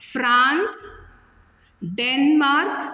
France Denmark